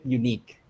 unique